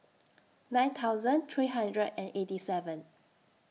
nine thousand three hundred and eighty seven